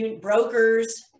brokers